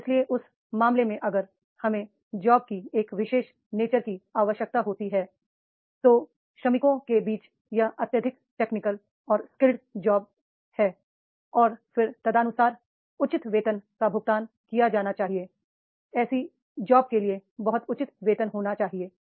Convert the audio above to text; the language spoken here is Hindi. और इसलिए उस मामले में अगर हमें जॉब की एक विशेष नेचर की आवश्यकता होती है तो श्रमिकों के बीच यह अत्यधिक टेक्निकल और स्किल जॉब है और फिर तदनुसार उचित वेतन का भुगतान किया जाना चाहिए ऐसी जॉब के लिए बहुत उचित वेतन होना चाहिए